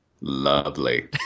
Lovely